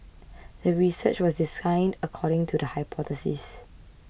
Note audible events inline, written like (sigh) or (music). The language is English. (noise) the research was designed according to the hypothesis